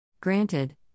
Granted